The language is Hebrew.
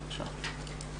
בבקשה.